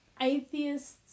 atheists